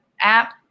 app